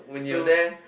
so